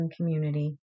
community